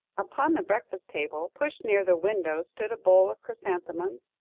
upon the breakfast table, pushed near the window, stood a bowl of chrysanthemums,